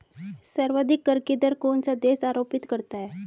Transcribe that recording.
सर्वाधिक कर की दर कौन सा देश आरोपित करता है?